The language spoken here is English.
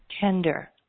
Tender